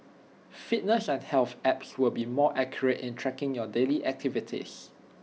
fitness and health apps will be more accurate in tracking your daily activities